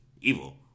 evil